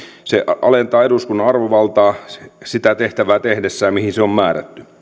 alenna eduskunnan arvovaltaa sen tehdessä sitä tehtävää mihin se on määrätty